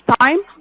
time